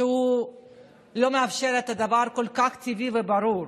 שהוא לא מאפשר דבר כל כך טבעי וברור.